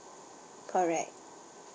correct